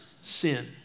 sin